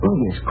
yes